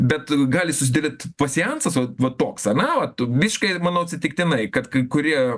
bet gali susidaryt pasjansas vat va toks ane visiškai manau atsitiktinai kad kai kurie